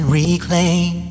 reclaim